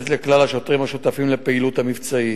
לכלל השוטרים השותפים לפעילות המבצעית,